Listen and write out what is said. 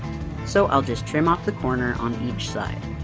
so i'll just trim off the corner on each side.